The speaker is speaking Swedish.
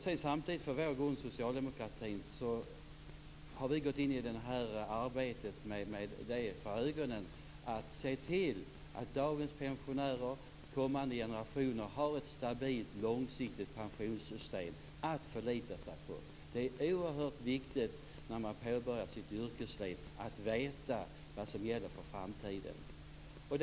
När vi i Socialdemokraterna har gått in i arbetet har vi haft för ögonen att se till att dagens pensionärer och kommande generationer har ett stabilt, långsiktigt pensionssystem att förlita sig på. Det är oerhört viktig när man påbörjar sitt yrkesliv att veta vad som gäller för framtiden.